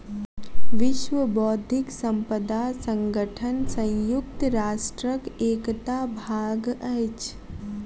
विश्व बौद्धिक संपदा संगठन संयुक्त राष्ट्रक एकटा भाग अछि